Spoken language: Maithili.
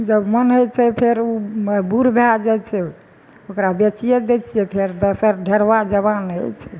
जब मन होइ छै फेर ओ बूढ़ भए जाइ छै ओकरा बेचिये दै छियै फेर दोसर ढेरबा जवान होइ छै